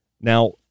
Now